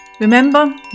Remember